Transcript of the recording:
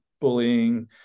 bullying